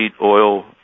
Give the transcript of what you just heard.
oil